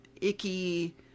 icky